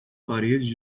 parede